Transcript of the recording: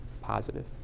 positive